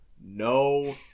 no